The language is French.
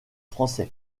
français